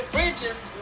Bridges